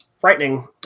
frightening